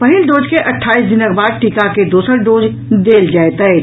पहिल डोज के अठाईस दिनक बाद टीका के दोसर डोज देल जायत अछि